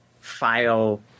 file